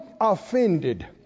offended